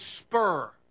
spur